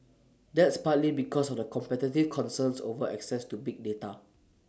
that's partly because of the competitive concerns over access to big data